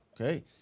Okay